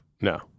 No